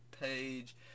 page